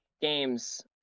games